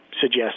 suggest